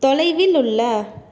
தொலைவில் உள்ள